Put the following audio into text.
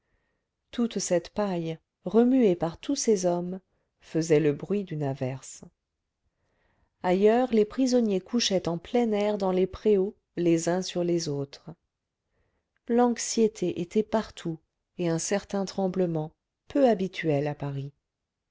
toute cette paille remuée par tous ces hommes faisait le bruit d'une averse ailleurs les prisonniers couchaient en plein air dans les préaux les uns sur les autres l'anxiété était partout et un certain tremblement peu habituel à paris